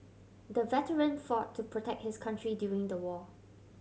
the veteran fought to protect his country during the war